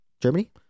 Germany